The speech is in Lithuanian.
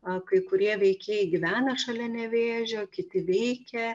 a kai kurie veikėjai gyvena šalia nevėžio kiti veikia